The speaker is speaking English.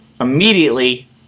immediately